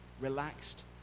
relaxed